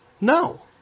No